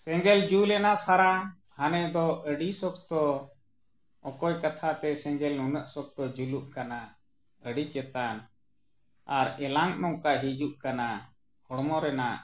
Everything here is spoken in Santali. ᱥᱮᱸᱜᱮᱞ ᱡᱩᱞ ᱮᱱᱟ ᱥᱟᱨᱟ ᱦᱟᱱᱮ ᱫᱚ ᱟᱹᱰᱤ ᱥᱚᱠᱛᱚ ᱚᱠᱚᱭ ᱠᱟᱛᱷᱟ ᱛᱮ ᱥᱮᱸᱜᱮᱞ ᱱᱩᱱᱟᱹᱜ ᱥᱚᱠᱛᱚ ᱡᱩᱞᱩᱜ ᱠᱟᱱᱟ ᱟᱹᱰᱤ ᱪᱮᱛᱟᱱ ᱟᱨ ᱮᱞᱟᱝ ᱱᱚᱝᱠᱟ ᱦᱤᱡᱩᱜ ᱠᱟᱱᱟ ᱦᱚᱲᱢᱚ ᱨᱮᱱᱟᱜ